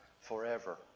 forever